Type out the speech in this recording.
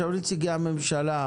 נעבור לנציגי הממשלה,